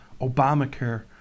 Obamacare